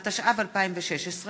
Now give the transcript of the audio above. התשע"ו 2016,